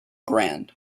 grande